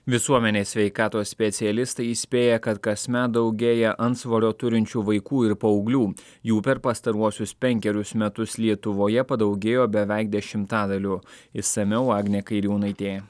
visuomenės sveikatos specialistai įspėja kad kasmet daugėja antsvorio turinčių vaikų ir paauglių jų per pastaruosius penkerius metus lietuvoje padaugėjo beveik dešimtadaliu išsamiau agnė kairiūnaitė